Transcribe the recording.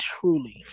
truly